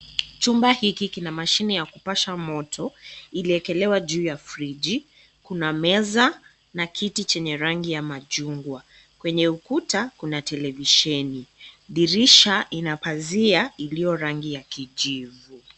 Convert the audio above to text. Chumba hiki kina mashine ya kipasha moto iliekelewa juu ya friji. Kuna meza na kiti chenye rangi ya machungwa. Kwenye ukuta kuna televisheni. Dirisha ina pazia iliyo rangi ya kijivu.